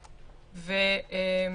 שוב,